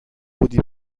بودی